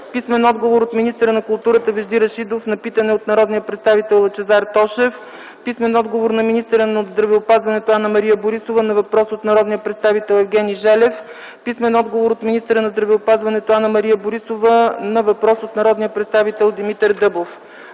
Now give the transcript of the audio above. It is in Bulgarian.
писмен отговор от министъра на културата Вежди Рашидов на питане от народния представител Лъчезар Тошев; - писмен отговор от министъра на здравеопазването Анна-Мария Борисова на въпрос от народния представител Евгений Желев; - писмен отговор от министъра на здравеопазването Анна-Мария Борисова на въпрос от народния представител Димитър Дъбов.